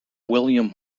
william